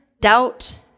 doubt